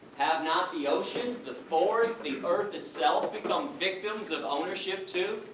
have not the oceans, the forests, the earth itself, become victims of ownership too?